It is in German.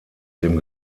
dem